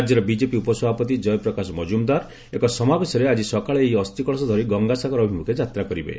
ରାଜ୍ୟର ବିଜେପି ଉପସଭାପତି ଜୟପ୍ରକାଶ ମଜୁମ୍ଦାର ଏକ ସମାବେଶରେ ଆଜି ସକାଳେ ଏହି ଅସ୍ଥିକଳସ ଧରି ଗଙ୍ଗାସାଗର ଅଭିମୁଖେ ଯାତ୍ରା କରିବେ